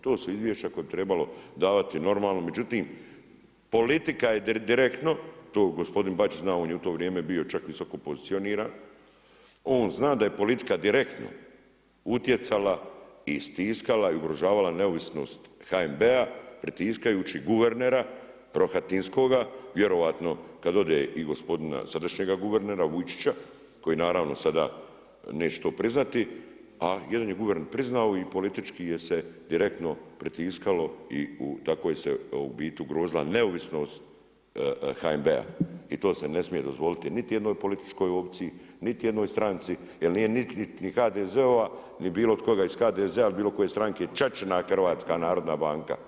To su izvješća koja je trebalo davati normalno, međutim, politika je direktno, to gospodin Bačić zna, on je u to vrijeme bio čak visoko pozicioniran, on zna da je politika direktno utjecala i stiskala i ugrožavala neovisnost HNB, pritiskujući guvernera Rohatinskoga, vjerojatno kad ode gospodina sadašnjega guvernera, Vujčića, koji naravno sada neće to priznati, ali jedan je guverner priznao i politički je se direktno pritiskalo i tako se u biti ugrozila neovisnost HNB-a i to se ne smije dozvoliti niti jednoj političkoj opciji, niti jednoj stranci jer nije niti HDZ-ova, ni bilo koga iz HDZ-a ili bilo koje stranke, čačina Hrvatska narodna banka.